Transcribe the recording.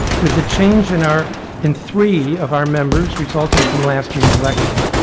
with the change in our in three of our members resulting from last year's election,